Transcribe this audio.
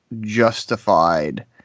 justified